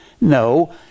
No